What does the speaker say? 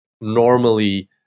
normally